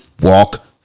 walk